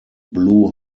blue